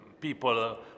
people